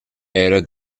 era